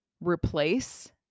replace